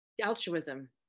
altruism